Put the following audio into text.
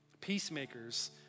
Peacemakers